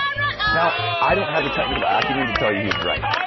now, i don't have the technical acumen to tell you who's right,